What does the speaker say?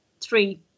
three